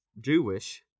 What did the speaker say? Jewish